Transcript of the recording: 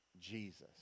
Jesus